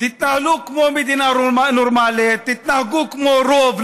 תתנהלו כמו מדינה נורמלית ותתנהלו כמו רוב.